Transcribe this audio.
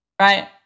right